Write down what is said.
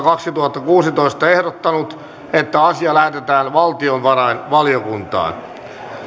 kaksituhattakuusitoista ehdottanut että asia lähetetään valtiovarainvaliokuntaan